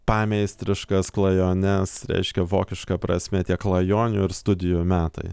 pameistriškas klajones reiškia vokiška prasme tie klajonių ir studijų metai